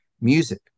Music